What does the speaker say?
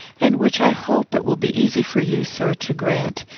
and which i hope it will be easy for you, sir, to grant.